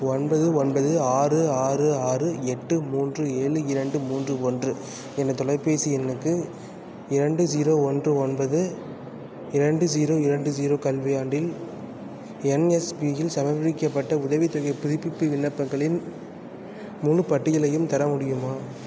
ஒன்பது ஒன்பது ஆறு ஆறு ஆறு எட்டு மூன்று ஏழு இரண்டு மூன்று ஒன்று என்ற தொலைபேசி எண்ணுக்கு இரண்டு ஜீரோ ஒன்று ஒன்பது இரண்டு ஜீரோ இரண்டு ஜீரோ கல்வியாண்டில் என்எஸ்பியில் சமர்ப்பிக்கப்பட்ட உதவித்தொகைப் புதுப்பிப்பு விண்ணப்பங்களின் முழுப் பட்டியலையும் தர முடியுமா